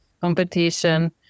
competition